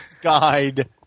Guide